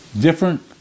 different